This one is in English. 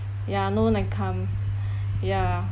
ya no one like come ya